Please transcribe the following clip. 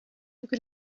could